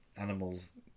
animals